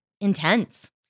intense